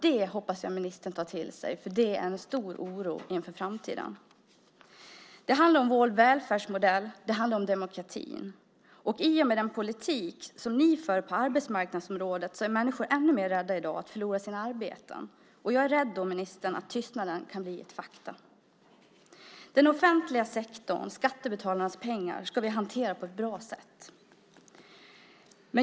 Det hoppas jag att ministern tar till sig. Där är oron stor inför framtiden. Det handlar om vår välfärdsmodell, och det handlar om demokratin. Med den politik som ni för på arbetsmarknadsområdet är människor i dag ännu mer rädda att förlora sina arbeten. Jag är rädd att tystnaden kan bli ett faktum. Den offentliga sektorn, skattebetalarnas pengar, ska vi hantera på ett bra sätt.